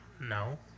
No